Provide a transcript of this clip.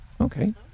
okay